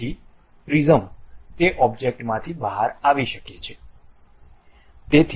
તેથી પ્રિઝમ તે ઓબ્જેક્ટ માંથી બહાર આવી શકે છે